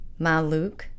Maluk